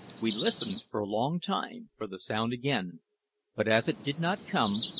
we listened for a long time for the sound again but as it did not come,